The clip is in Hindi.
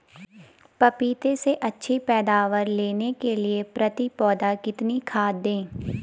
पपीते से अच्छी पैदावार लेने के लिए प्रति पौधा कितनी खाद दें?